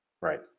Right